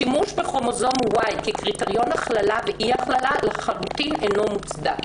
שימוש בכרומוזום Y כקריטריון הכללה ואי-הכללה לחלוטין אינו מוצדק.